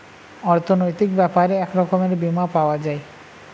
অর্থনৈতিক ব্যাপারে এক রকমের বীমা পাওয়া যায়